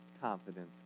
confidence